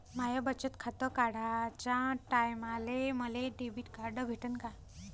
माय बचत खातं काढाच्या टायमाले मले डेबिट कार्ड भेटन का?